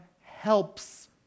helps